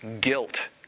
guilt